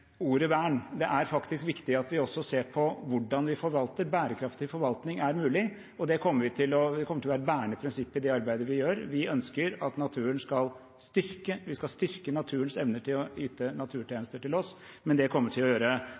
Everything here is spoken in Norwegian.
ordet «vern». Det er faktisk viktig at vi også ser på hvordan vi forvalter. Bærekraftig forvaltning er mulig, og det kommer til å være et bærende prinsipp i det arbeidet vi gjør. Vi skal styrke naturens evne til å yte naturtjenester til oss, men det kommer vi til å gjøre